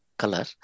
color